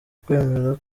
kwemera